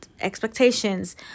Expectations